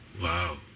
Wow